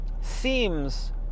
seems